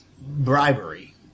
Bribery